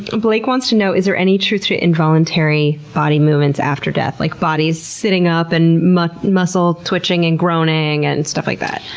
ah blake wants to is there any truth to involuntary body movements after death? like, bodies sitting up, and muscle muscle twitching, and groaning, and stuff like that?